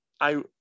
I-